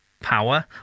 power